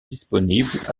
disponibles